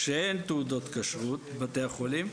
--- אין בית חולים שאין תעודת כשרות בבתי החולים,